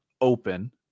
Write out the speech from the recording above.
open